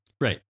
right